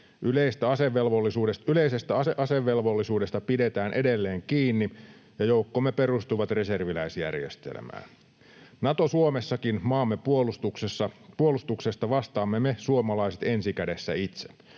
Yleisestä asevelvollisuudesta pidetään edelleen kiinni, ja joukkomme perustuvat reserviläisjärjestelmään. Nato-Suomessakin maamme puolustuksesta vastaamme me suomalaiset ensi kädessä itse.